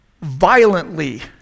Violently